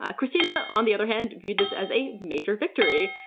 ah kristina, on the other hand, viewed this as a major victory,